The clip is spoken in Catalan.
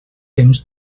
temps